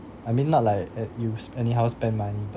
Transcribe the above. I mean not like uh use anyhow spend money but